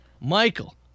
Michael